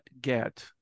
get